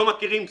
לא מכירים סבא,